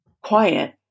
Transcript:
Quiet